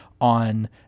on